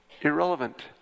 Irrelevant